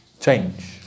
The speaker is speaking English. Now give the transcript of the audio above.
change